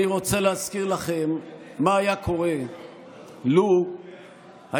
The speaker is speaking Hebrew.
אני רוצה להזכיר לכם מה היה קורה לו היינו